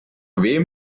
wem